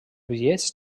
bitllets